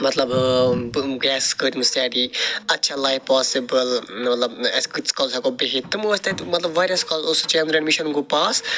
مطلب تِم گٮ۪س کٔرۍ تٔمۍ سِٹیٚڈی اَتہِ چھا لایِف پاسِبٕل مطلب اَسہ کۭتِس کالس ہٮ۪کو بِہِتھ تِمو ٲسۍ تَتہِ مطلب وارِیاہس کالس اوس چنٛدرِیان مِشن گوٚو پاس